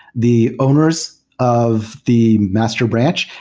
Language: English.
the owners of the master branch,